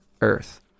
earth